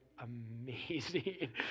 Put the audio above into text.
amazing